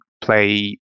play